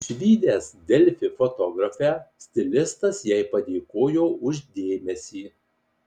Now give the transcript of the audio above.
išvydęs delfi fotografę stilistas jai padėkojo už dėmesį